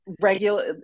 regular